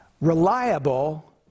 reliable